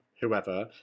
whoever